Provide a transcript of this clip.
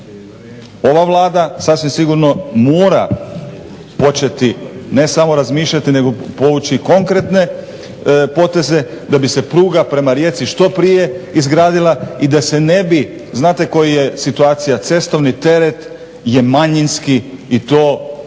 Ova Vlada sasvim sigurno mora početi ne samo razmišljati, nego povući i konkretne poteze da bi se pruga prema Rijeci što prije izgradila i da se ne bi znate koja je situacija cestovni teret je manjinski i to 5